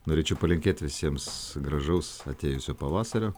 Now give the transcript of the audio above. norėčiau palinkėt visiems gražaus atėjusio pavasario